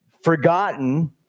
forgotten